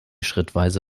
schrittweise